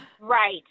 Right